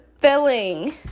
filling